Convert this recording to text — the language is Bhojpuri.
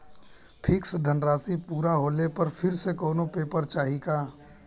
फिक्स धनराशी पूरा होले पर फिर से कौनो पेपर चाही का?